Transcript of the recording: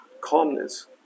calmness